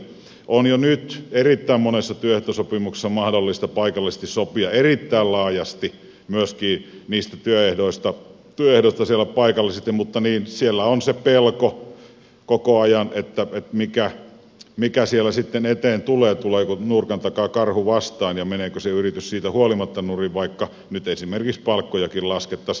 on jo nyt erittäin monessa työehtosopimuksessa mahdollista paikallisesti sopia erittäin laajasti myöskin niistä työehdoista mutta siellä on se pelko koko ajan siitä mikä siellä sitten eteen tulee tuleeko nurkan takaa karhu vastaan ja meneekö se yritys siitä huolimatta nurin vaikka nyt esimerkiksi palkkojakin laskettaisiin